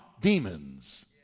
demons